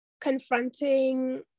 confronting